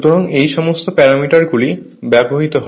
সুতরাং এই সমস্ত প্যারামিটারগুলি ব্যবহৃত হয়